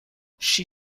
she